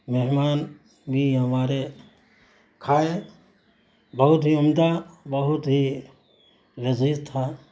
مہمان بھی ہمارے کھائے بہت ہی عمدہ بہت ہی لذیذ تھا